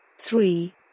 three